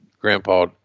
grandpa